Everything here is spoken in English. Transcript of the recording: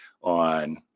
on